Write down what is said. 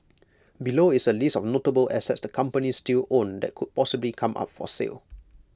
below is A list of notable assets the companies still own that could possibly come up for sale